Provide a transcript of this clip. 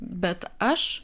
bet aš